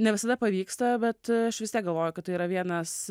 ne visada pavyksta bet aš vis tiek galvoju kad tai yra vienas